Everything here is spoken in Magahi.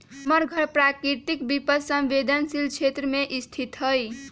हमर घर प्राकृतिक विपत संवेदनशील क्षेत्र में स्थित हइ